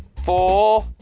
four,